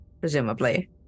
Presumably